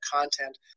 content